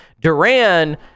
duran